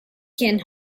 can